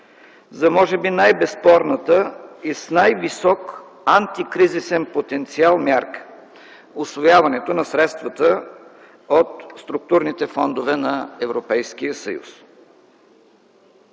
за може би най-безспорната и с най-висок антикризисен потенциал мярка – усвояването на средствата от структурните фондове на Европейския съюз.